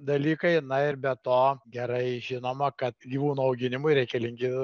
dalykai na ir be to gerai žinoma kad gyvūnų auginimui reikalingi